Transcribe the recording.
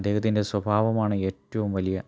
അദ്ദേഹത്തിൻ്റെ സ്വഭാവമാണ് ഏറ്റവും വലിയ